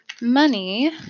Money